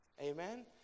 amen